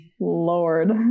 Lord